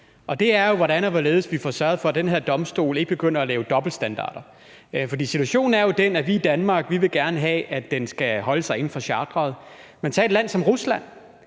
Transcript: og det er, hvordan og hvorledes vi får sørget for, at den her domstol ikke begynder at lave dobbeltstandarder. Situationen er jo den, at vi i Danmark gerne vil have, at den skal holde sig inde for charteret, men tag et land som Rusland,